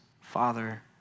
Father